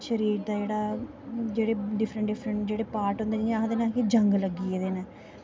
शरीर दे जेह्ड़े बक्खरे बक्खरे पार्ट होंदे न जि'यां आखदे न कि जंग लग्गी दे न